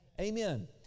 Amen